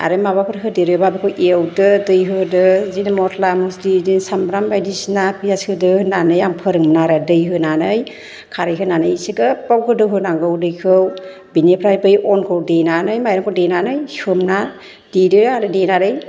आरो माबाफोर होदेरोबा बेखौ एवदो दै होदो बिदिनो मस्ला मस्लि बिदि सामब्राम बायदिसिना पियास होदो होननानै आं फोरोङोमोन आरो दै होनानै खारै होनानै एसे गोब्बाव गोदौहोनांगौ दैखौ बेनिफ्राय बे अनखौ देनानै माइरंखौ देनानै सोमना देदो आरो देनानै